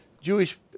Jewish